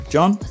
John